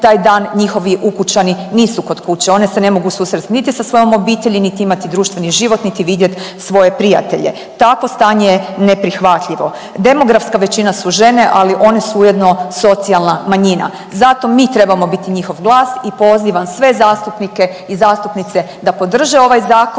taj dan njihovi ukućani nisu kod kuće, one se ne mogu susresti niti sa svojom obitelji, niti imati društveni život niti vidjeti svoje prijatelje. Takvo stanje je neprihvatljivo. Demografska većina su žene, ali one su ujedno socijalna manjina. Zato mi trebamo biti njihov glas i pozivam sve zastupnike i zastupnice da podrže ovaj zakon